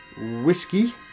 Whiskey